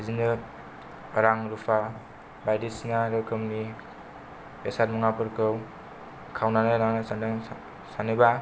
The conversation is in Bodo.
बिदिनो रां रुफा बायदिसिना रोखोमनि बेसाद मुवाफोरखौ खावनानै लांनो सान्दों सानोबा